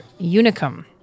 Unicum